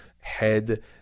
head